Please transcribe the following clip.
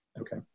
Okay